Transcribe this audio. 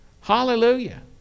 Hallelujah